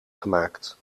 gemaakt